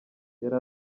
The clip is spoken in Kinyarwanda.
yari